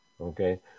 Okay